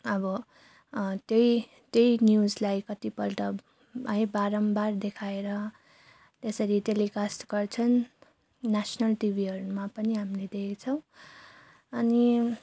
अब त्यही त्यही न्युजलाई कति पल्ट है बारम्बार देखाएर त्यसरी टेलिकास्ट गर्छन् नेसनल टिभिहरूमा पनि हामीले देखेको छौँ अनि